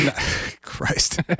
Christ